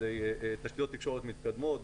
תשתיות תקשורת מתקדמות.